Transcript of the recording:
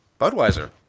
Budweiser